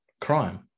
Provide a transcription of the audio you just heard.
crime